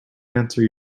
answer